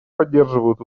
поддерживают